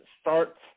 starts